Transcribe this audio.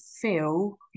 feel